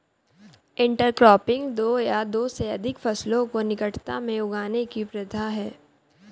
intercropping दो या दो से अधिक फसलों को निकटता में उगाने की प्रथा है